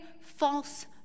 false